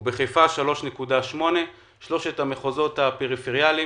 בחיפה 3.8. בשלושת המחוזות הפריפריאליים